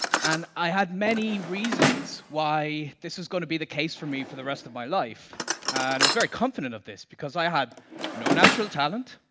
and i had many reasons why this is going to be the case for me for the rest of my life. and i was very confident of this, because i had no natural talent,